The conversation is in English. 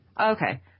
Okay